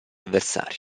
avversari